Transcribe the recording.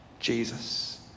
Jesus